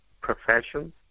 profession